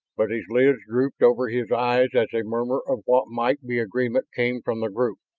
but his lids drooped over his eyes as a murmur of what might be agreement came from the group.